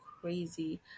crazy